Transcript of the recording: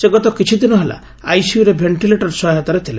ସେ ଗତ କିଛି ଦିନ ହେଲା ଆଇସିୟୁ ରେ ଭେଷ୍ଟିଲେଟର ସହାୟତାରେ ଥିଲେ